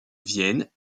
vienne